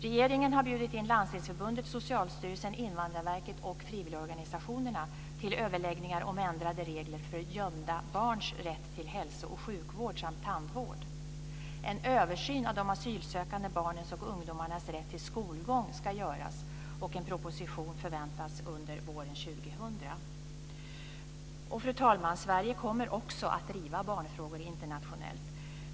Regeringen har bjudit in Landstingsförbundet, Socialstyrelsen, Invandrarverket och frivilligorganisationerna till överläggningar om ändrade regler för gömda barns rätt till hälso och sjukvård samt tandvård. En översyn av de asylsökande barnens och ungdomarnas rätt till skolgång ska göras, och en proposition förväntas under våren år 2000. Fru talman! Sverige kommer också att driva barnfrågor internationellt.